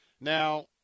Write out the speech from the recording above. Now